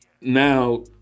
now